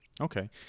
okay